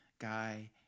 guy